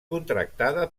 contractada